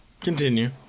Continue